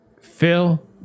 Phil